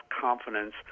confidence